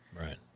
Right